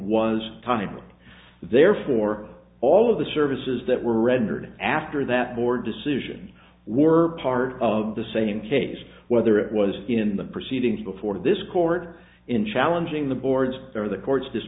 was tunnel therefore all of the services that were rendered after that board decision were part of the same case whether it was in the proceedings before this court in challenging the boards or the court's